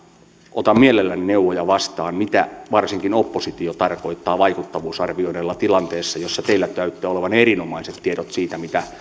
otan mielelläni neuvoja vastaan mitä varsinkin oppositio tarkoittaa vaikuttavuusarvioinneilla tilanteessa jossa teillä näyttää olevan erinomaiset tiedot siitä mitä